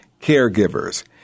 caregivers